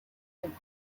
and